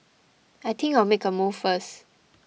I think I'll make a move first